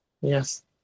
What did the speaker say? Yes